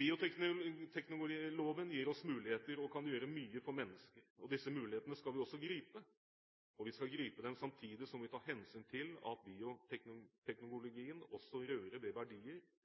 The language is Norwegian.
Bioteknologiloven gir oss muligheter og kan gjøre mye for mennesker. Disse mulighetene skal vi også gripe, og vi skal gripe dem samtidig som vi tar hensyn til at bioteknologien også rører ved verdier